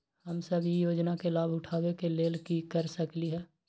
हम सब ई योजना के लाभ उठावे के लेल की कर सकलि ह?